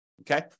okay